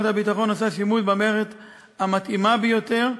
מערכת הביטחון עושה שימוש במערכת המתאימה ביותר,